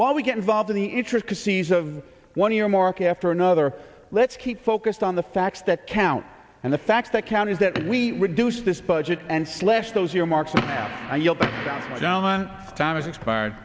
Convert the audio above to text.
while we get involved in the intricacies of one earmark after another let's keep focused on the facts that count and the facts that count is that we reduce this budget and slash those earmarks on time expired